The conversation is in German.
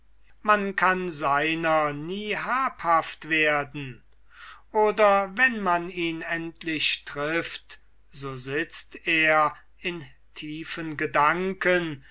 man kann seiner nie habhaft werden oder wenn man ihn endlich trifft so sitzt er in tiefen gedanken